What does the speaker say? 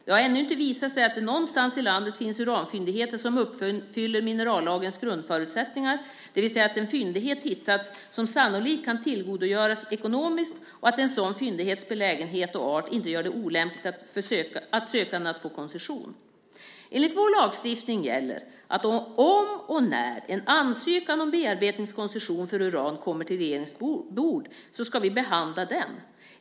Det har ännu inte visat sig att det någonstans i landet finns uranfyndigheter som uppfyller minerallagens grundförutsättningar, det vill säga att en fyndighet hittats som sannolikt kan tillgodogöras ekonomiskt och att en sådan fyndighets belägenhet och art inte gör det olämpligt att sökanden får koncession. Enligt vår lagstiftning gäller att om och när en ansökan om bearbetningskoncession för uran kommer till regeringens bord så ska vi behandla den.